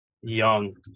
Young